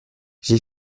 j’ai